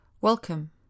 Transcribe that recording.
Welcome